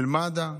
של מד"א.